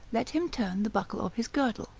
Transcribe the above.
let him turn the buckle of his girdle,